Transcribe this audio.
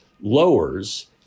lowers